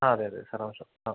അതെ അതെ ആ